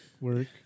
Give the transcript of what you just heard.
work